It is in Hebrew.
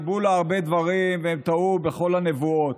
ניבאו לה הרבה דברים והם טעו בכל הנבואות.